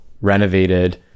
renovated